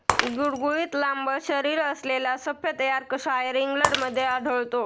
गुळगुळीत लांब शरीरअसलेला सफेद यॉर्कशायर इंग्लंडमध्ये आढळतो